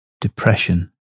Depression